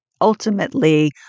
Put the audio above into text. ultimately